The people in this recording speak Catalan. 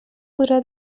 podrà